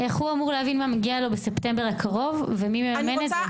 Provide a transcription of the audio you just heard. איך הוא אמור להבין מה מגיע לו בספטמבר הקרוב ומי מממן את זה?